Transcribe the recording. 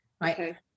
right